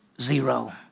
Zero